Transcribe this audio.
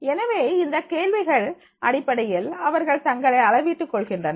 எனவே அந்த கேள்விகள் அடிப்படையில் அவர்கள் தங்களை அளவிட்டுக் கொள்கின்றனர்